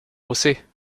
brosser